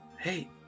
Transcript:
Hey